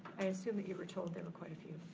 i assume that you were told there were quite a few.